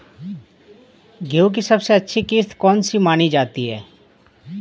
गेहूँ की सबसे अच्छी किश्त कौन सी मानी जाती है?